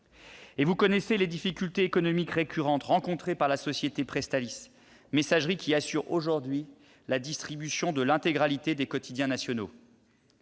Vous connaissez aussi les difficultés économiques récurrentes rencontrées par la société Presstalis, messagerie qui assure aujourd'hui la distribution de l'intégralité des quotidiens nationaux.